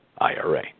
IRA